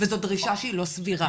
וזאת דרישה שהיא לא סבירה.